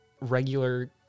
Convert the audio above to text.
regular